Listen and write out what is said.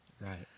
right